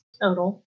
total